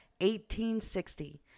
1860